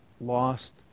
lost